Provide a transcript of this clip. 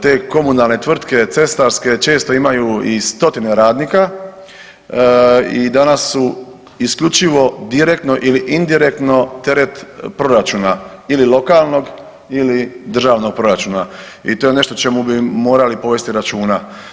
Te komunalne tvrtke cestarske često imaju i stotine radnika i danas su isključivo direktno ili indirektno teret proračuna ili lokalnog ili državnog proračuna i to je nešto o čemu bi morali povesti računa.